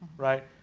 right?